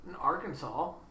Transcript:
Arkansas